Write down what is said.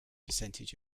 percentage